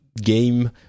game